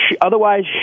Otherwise